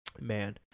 Man